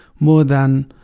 more than